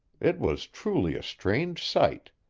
it was truly a strange sight.